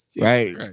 right